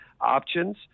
options